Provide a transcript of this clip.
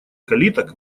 калиток